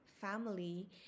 family